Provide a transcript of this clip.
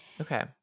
Okay